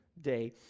Day